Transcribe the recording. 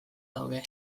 daude